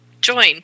Join